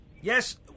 Yes